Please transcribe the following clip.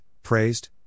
Praised